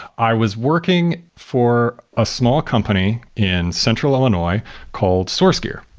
i was working for a small company in central illinois called sourcegear.